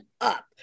up